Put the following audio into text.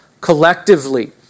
collectively